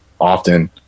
often